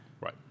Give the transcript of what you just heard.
Right